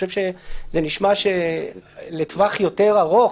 נשמע שלטווח יותר ארוך,